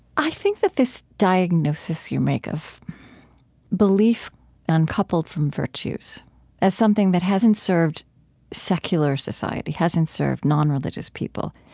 i think that this diagnosis you make of belief uncoupled from virtues as something that hasn't served secular society, hasn't served nonreligious people.